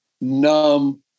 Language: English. numb